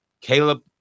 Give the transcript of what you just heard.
Caleb